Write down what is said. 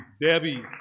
Debbie